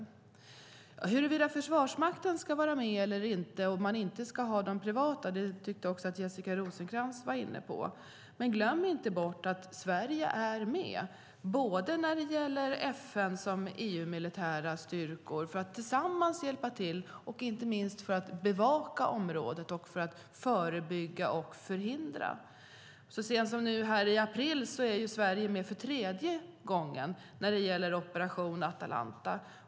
Frågan gäller huruvida Försvarsmakten ska vara med eller inte och om man inte ska ha de privata företagen, och det var också Jessica Rosencrantz inne på. Men glöm inte bort att Sverige är med när det gäller både FN och EU-militära styrkor för att tillsammans hjälpa till och inte minst bevaka området, förebygga och förhindra. Så sent som nu i april är Sverige med för tredje gången i Operation Atalanta.